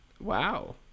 Wow